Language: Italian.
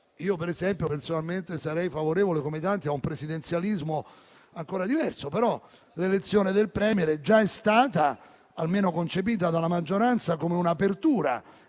Io, per esempio, personalmente sarei favorevole, come tanti, a un presidenzialismo ancora diverso. L'elezione del *Premier* però è già stata concepita dalla maggioranza come un'apertura